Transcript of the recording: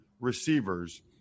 receivers